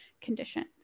conditions